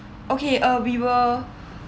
okay uh we'll